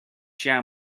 show